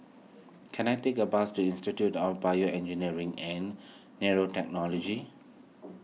can I take a bus to Institute of BioEngineering and Nanotechnology